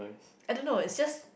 I don't know it's just